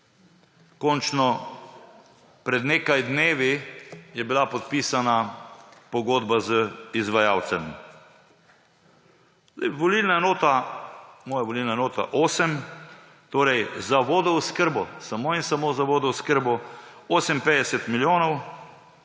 Končno, pred nekaj dnevi, je bila podpisana pogodba z izvajalcem. Moja volilna enota 8, torej za vodooskrbo, samo in samo za vodooskrbo, 58 milijonov,